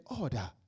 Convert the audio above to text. order